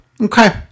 Okay